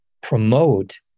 promote